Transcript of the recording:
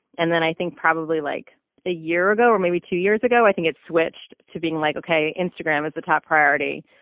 and then i think probably like a year ago or maybe two years ago i think it switched to being like ok instagram is the top priority.